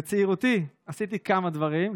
בצעירותי עשיתי כמה דברים,